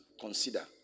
consider